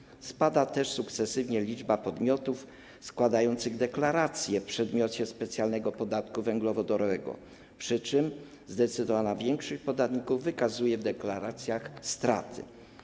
Sukcesywnie spada też liczba podmiotów składających deklaracje w przedmiocie specjalnego podatku węglowodorowego, przy czym zdecydowana większość podatników wykazuje w deklaracjach straty.